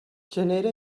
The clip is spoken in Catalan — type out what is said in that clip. genera